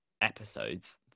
episodes